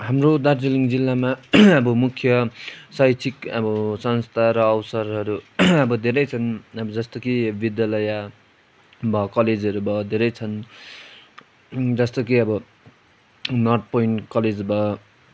हाम्रो दार्जीलिङ जिल्लामा अब मुख्य शैक्षिक अब संस्था र अवसरहरू अब धेरै छन् अब जस्तो कि विद्यालय भयो कलेजहरू भयो धेरै छन् जस्तो कि अब नर्थ पोइन्ट कलेज भयो